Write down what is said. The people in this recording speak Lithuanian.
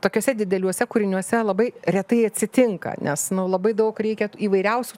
tokiuose dideliuose kūriniuose labai retai atsitinka nes nu labai daug reikia įvairiausių